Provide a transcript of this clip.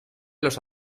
los